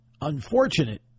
unfortunate